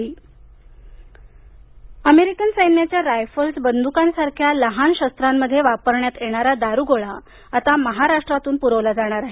पणे America American सैन्याच्या rifles बंदुकांसारख्या लहान शस्त्रांमध्ये वापरण्यात येणारा दारूगोळा आता महाराष्ट्रातून पुरवला जाणार आहे